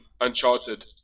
Uncharted